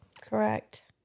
Correct